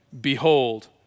behold